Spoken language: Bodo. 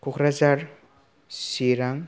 कक्राझार चिरां